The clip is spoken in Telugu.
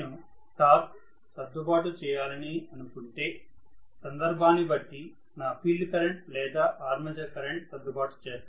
కాబట్టినేను టార్క్ సర్దుబాటు చేయాలని అనుకుంటే సందర్భాన్ని బట్టి నా ఫీల్డ్ కరెంట్ లేదా ఆర్మేచర్ కరెంట్ సర్దుబాటు చేస్తాను